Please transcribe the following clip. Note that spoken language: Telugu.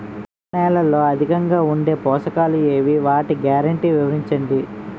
నల్ల నేలలో అధికంగా ఉండే పోషకాలు ఏవి? వాటి గ్యారంటీ వివరించండి?